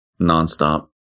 nonstop